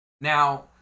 Now